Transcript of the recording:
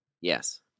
Yes